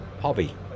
hobby